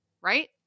Right